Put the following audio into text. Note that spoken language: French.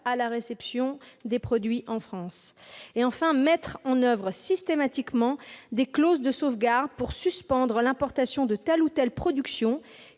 à la réception des produits en France ; enfin, de mettre en oeuvre systématiquement des clauses de sauvegarde pour suspendre l'importation de telle ou telle production